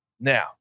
now